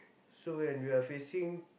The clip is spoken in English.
so when we are facing